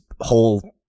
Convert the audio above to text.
whole